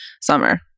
summer